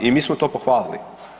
I mi smo to pohvalili.